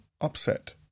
upset